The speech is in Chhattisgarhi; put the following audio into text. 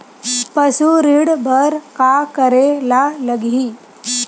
पशु ऋण बर का करे ला लगही?